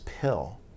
pill